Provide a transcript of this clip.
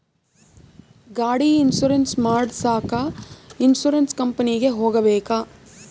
ಗಾಡಿ ಇನ್ಸುರೆನ್ಸ್ ಮಾಡಸಾಕ ಇನ್ಸುರೆನ್ಸ್ ಕಂಪನಿಗೆ ಹೋಗಬೇಕಾ?